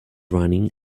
running